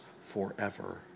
forever